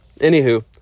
Anywho